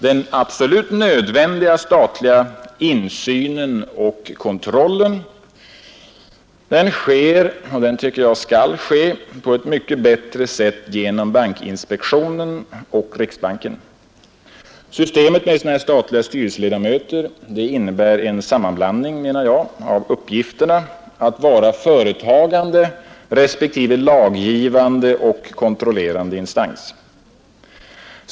Den absolut nödvändiga statliga insynen och kontrollen sker och skall ske på ett mycket bättre sätt genom bankinspektionen och riksbanken. Systemet med statliga styrelseledamöter innebär en sammanblandning av uppgifterna att vara företagande respektive laggivande och kontrollerande instans.